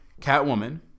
Catwoman